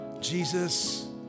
Jesus